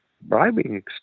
Bribing